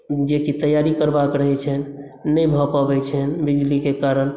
जेकि तैयारी करबाक रहै छनि नहि भऽ पबै छनि बिजलीके कारण